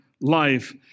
life